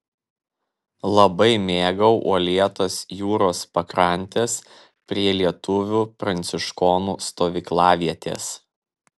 labai mėgau uolėtas jūros pakrantes prie lietuvių pranciškonų stovyklavietės